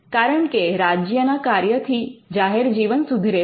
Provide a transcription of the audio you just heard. કારણકે રાજ્યના કાર્યથી જાહેરજીવન સુધરે છે